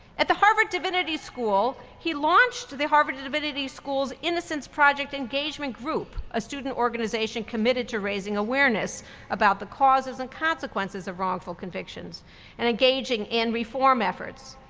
at the harvard divinity school, he launched the harvard divinity school's innocence project engagement group, a student organization committed to raising awareness about the causes and consequences of wrongful convictions and engaging and reform efforts.